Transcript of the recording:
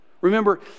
Remember